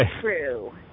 true